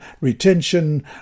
retention